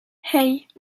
hey